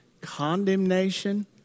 Condemnation